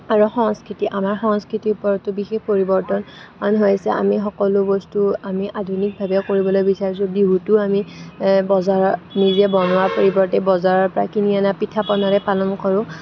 আৰু সংস্কৃতি আমাৰ সংস্কৃতিৰ ওপৰতো বিশেষ পৰিৱৰ্তন হৈছে আমি সকলো বস্তু আমি আধুনিকভাৱে কৰিবলৈ বিচাৰিছোঁ বিহুটো আমি বজাৰৰ নিজে বনোৱাৰ পৰিৱৰ্তে বজাৰৰ পৰা কিনি অনা পিঠা পনাৰে পালন কৰোঁ